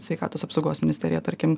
sveikatos apsaugos ministeriją tarkim